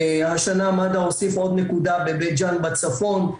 השנה מד"א הוסיף עוד נקודה בבית ג'אן בצפון.